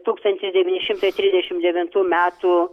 tūkstantis devyni šimtai trisdešimt devintų metų